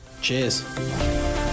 Cheers